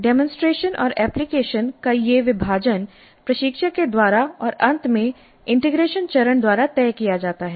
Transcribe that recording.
demonstration और application का यह विभाजन प्रशिक्षक के द्वारा और अंत में इंटीग्रेशन चरण द्वारा तय किया जाता है